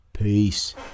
Peace